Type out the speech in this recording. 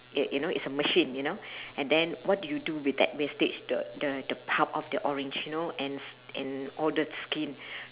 uh you you know it's a machine you know and then what you do with that wastage the the the pulp of the orange you know and and all the skin